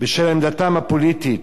בשל עמדתם הפוליטית,